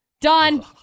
Done